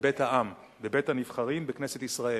בבית העם, בבית-הנבחרים, בכנסת ישראל,